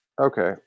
Okay